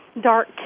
dark